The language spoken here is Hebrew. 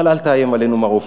אבל אל תאיים עלינו, מר עופר.